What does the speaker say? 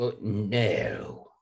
No